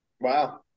Wow